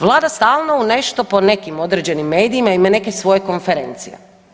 Vlada stalno u nešto po nekim određenim medijima ime neke svoje konferencije.